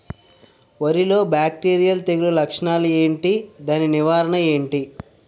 వరి లో బ్యాక్టీరియల్ తెగులు లక్షణాలు ఏంటి? దాని నివారణ ఏంటి?